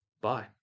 Bye